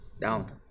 down